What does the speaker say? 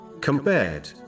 compared